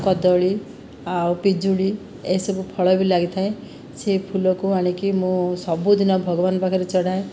କଦଳୀ ଆଉ ପିଜୁଳି ଏସବୁ ଫଳ ବି ଲାଗିଥାଏ ସେଇ ଫୁଲକୁ ଆଣିକି ମୁଁ ସବୁଦିନ ଭଗବାନ ପାଖରେ ଚଢ଼ାଏ